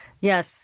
Yes